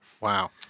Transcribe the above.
wow